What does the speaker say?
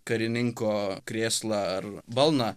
karininko krėslą ar balną